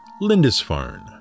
Lindisfarne